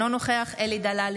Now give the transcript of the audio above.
אינו נוכח אלי דלל,